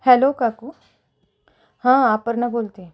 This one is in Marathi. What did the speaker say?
हॅलो काकू हां अपर्णा बोलते